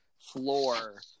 floor